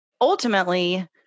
ultimately